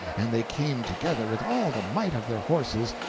and they came together with all the might of their horses,